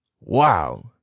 Wow